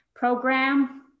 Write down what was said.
program